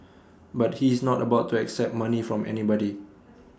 but he is not about to accept money from anybody